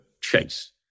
chase